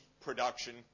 production